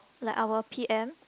like our P_M